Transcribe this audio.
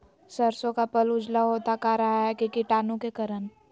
सरसो का पल उजला होता का रहा है की कीटाणु के करण?